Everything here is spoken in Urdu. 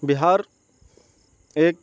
بہار ایک